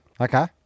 Okay